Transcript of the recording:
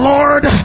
Lord